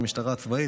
המשטרה הצבאית,